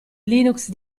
linux